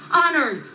honored